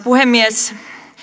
puhemies